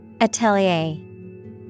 Atelier